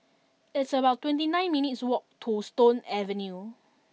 it's about twenty nine minutes' walk to Stone Avenue